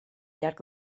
llarg